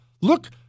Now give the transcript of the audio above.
Look